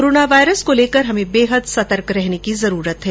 corona virus को लेकर हमे बेहद सतर्क रहने की जरूरत है